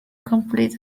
complete